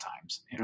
times